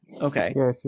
okay